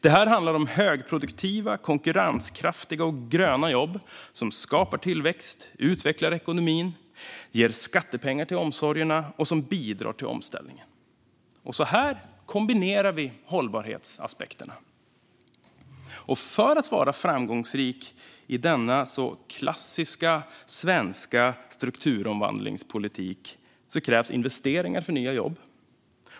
Det här handlar om högproduktiva, konkurrenskraftiga och gröna jobb som skapar tillväxt, utvecklar ekonomin, ger skattepengar till omsorgerna och bidrar till omställningen. Så här kombinerar vi hållbarhetsaspekterna. För att vara framgångsrik i denna så klassiska svenska strukturomvandlingspolitik krävs investeringar för nya jobb.